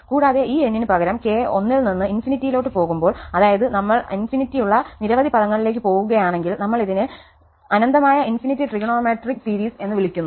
കൂടാതെ ഈ n ന് പകരം k 1 ൽ നിന്ന് ഇൻഫിനിറ്റിയിലോട്ട് പോകുമ്പോൾ അതായത് നമ്മൾ അനന്തമായ നിരവധി പദങ്ങളിലേയ്ക്ക് പോവുകയാണെങ്കിൽ നമ്മൾ ഇതിനെ അനന്തമായ ഇൻഫിനിറ്റ് ട്രിഗണോമെട്രിക് സീരീസ് എന്ന് വിളിക്കുന്നു